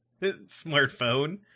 smartphone